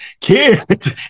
Kids